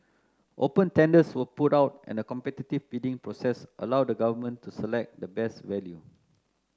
open tenders were put out and a competitive bidding process allowed the Government to select the best value